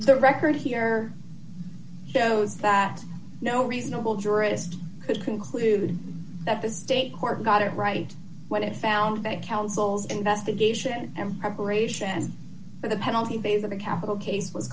the record here shows that no reasonable jurist could conclude that the state court got it right when it found that councils investigation and preparation for the penalty phase of a capital case was